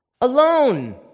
alone